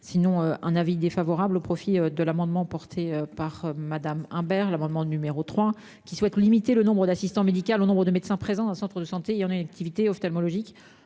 sinon un avis défavorable au profit de l'amendement porté par Madame Imbert, l'amendement numéro 3, qui souhaite limiter le nombres d'assistant médical au nombre de médecins présents dans centre de santé, il en est une activité ophtalmologique